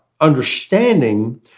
understanding